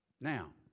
Now